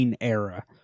era